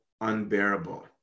unbearable